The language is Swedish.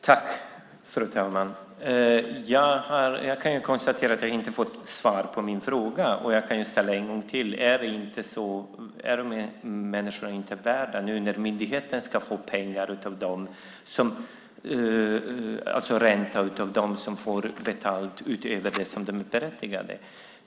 Fru talman! Jag kan konstatera att jag inte har fått svar på min fråga, men jag kan ju ställa den en gång till. Nu när myndigheten ska få pengar, är människorna inte värda att få ränta utbetald utöver det som de är berättigade till?